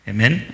Amen